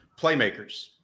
playmakers